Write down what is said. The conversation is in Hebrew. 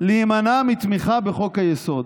להימנע מתמיכה בחוק-היסוד.